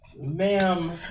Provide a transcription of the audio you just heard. Ma'am